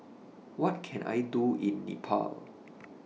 What Can I Do in Nepal